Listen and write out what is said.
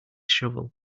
shovel